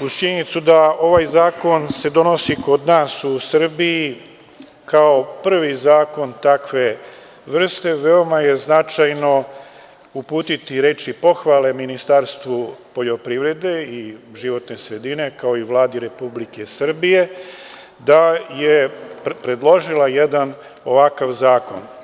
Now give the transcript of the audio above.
uz činjenicu da ovaj zakon se donosi kod nas u Srbiji kao prvi zakon takve vrste, veoma je značajno uputiti reči pohvale Ministarstvu poljoprivrede i životne sredine, kao i Vladi Republike Srbije, da je predložila jedan ovakav zakon.